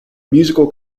musical